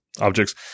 objects